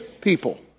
people